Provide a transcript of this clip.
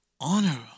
Honor